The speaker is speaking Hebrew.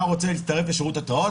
אתה רוצה להצטרף לשירות התראות,